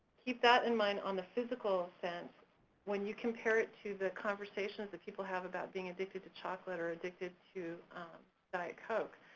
keep that in mind on the physical sense when you compare it to the conversations that people have about being addicted to chocolate or addicted to diet coke,